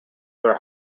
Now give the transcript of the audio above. their